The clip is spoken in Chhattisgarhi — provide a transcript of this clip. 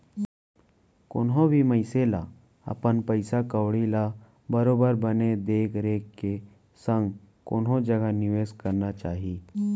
कोनो भी मनसे ल अपन पइसा कउड़ी ल बरोबर बने देख रेख के संग कोनो जघा निवेस करना चाही